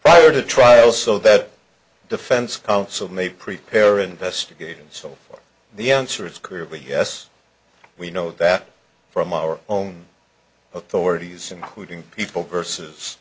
prior to trial so that defense counsel may prepare investigations so the answer is clearly yes we know that from our own authorities including people versus